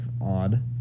Odd